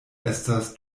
estas